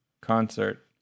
concert